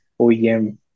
OEM